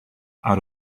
out